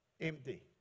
empty